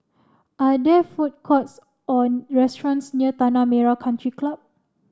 are there food courts or restaurants near Tanah Merah Country Club